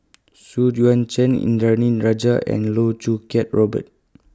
Xu Yuan Zhen Indranee Rajah and Loh Choo Kiat Robert